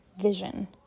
vision